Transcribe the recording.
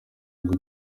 ngo